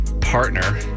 partner